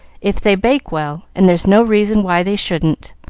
if they bake well, and there's no reason why they shouldn't.